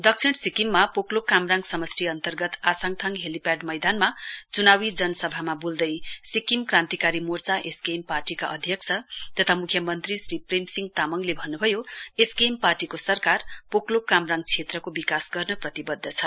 दक्षिण सिक्किममा पोकलोक कामराङ समष्टि अन्तर्गत आसांगथाङ हेलीपेड मैदानमा च्नावी जनसभामा बोल्दै सिक्किम क्रान्तिकारी मोर्चा एसकेएम पार्टीका अध्यक्ष तथा म्ख्यमन्त्री श्री प्रमेसिंह तामङले भन्न्भयो एसकेएम पार्टीको सरकार पोकलोक कामराङ क्षेत्रको बिकास गर्न प्रतिबध्द छ